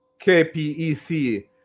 KPEC